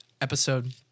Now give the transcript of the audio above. Episode